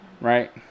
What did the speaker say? Right